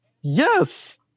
Yes